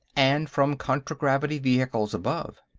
and from contragravity vehicles above.